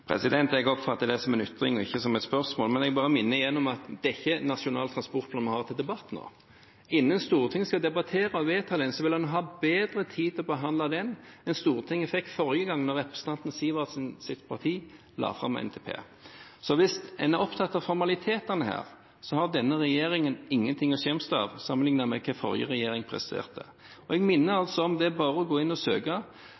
bare minner igjen om at det ikke er Nasjonal transportplan vi har oppe til debatt nå. Innen Stortinget skal debattere og vedta den, vil de ha bedre tid til å behandle den enn Stortinget fikk forrige gang, da representanten Sivertsens parti la fram NTP. Hvis en er opptatt av formalitetene her, har denne regjeringen ingenting å skjemmes over sammenlignet med hva forrige regjering presterte. Jeg minner